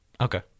Okay